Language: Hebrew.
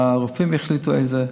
הרופאים יחליטו איזה,